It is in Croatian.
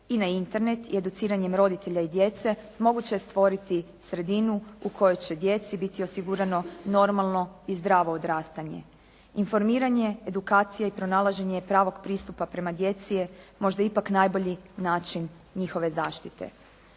i na Internet i educiranjem roditelja i djece moguće je stvoriti sredinu u kojoj će djeci biti osigurano normalno i zdravo odrastanje. Informiranje, edukacija i pronalaženje pravog pristupa prema djeci je možda ipak najbolji način njihove zaštite.